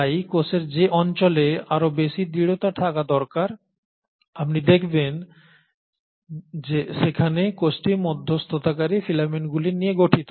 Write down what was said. তাই কোষের যে অঞ্চলে আরও বেশি দৃটতা থাকা দরকার আপনি দেখবেন যে সেখানে কোষটি মধ্যস্থতাকারী ফিলামেন্টগুলি নিয়ে গঠিত